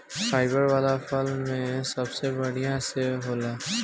fibre वाला फल में सबसे बढ़िया सेव होला